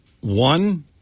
One